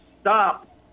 stop